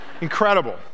incredible